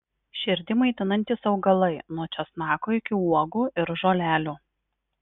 širdį maitinantys augalai nuo česnako iki uogų ir žolelių